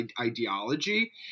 ideology